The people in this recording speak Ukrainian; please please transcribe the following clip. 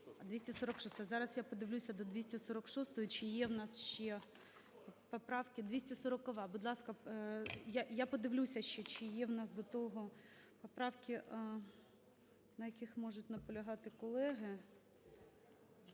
Зараз я подивлюся до 246-ї чи є у нас ще поправки.